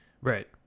Right